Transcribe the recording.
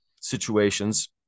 situations